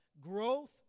growth